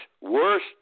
worst